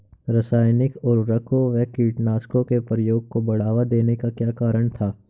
रासायनिक उर्वरकों व कीटनाशकों के प्रयोग को बढ़ावा देने का क्या कारण था?